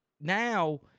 now